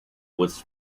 was